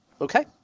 Okay